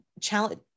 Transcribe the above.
challenge